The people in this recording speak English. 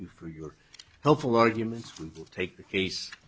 you for your helpful argument take the case